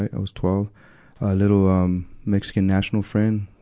i was twelve. a little, um, mexican national friend.